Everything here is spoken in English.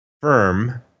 firm